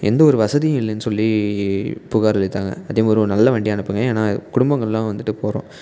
எந்த ஒரு வசதியும் இல்லைன்னு சொல்லி புகார் அளித்தாங்க அதே மாதிரி ஒரு நல்ல வண்டியாக அனுப்புங்க ஏனா குடும்பங்கள்லாம் வந்துட்டு போகிறோம்